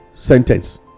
sentence